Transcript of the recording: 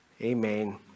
Amen